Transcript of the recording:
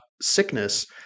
sickness